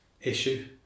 issue